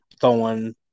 throwing